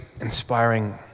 inspiring